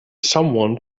someone